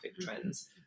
trends